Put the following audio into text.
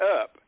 up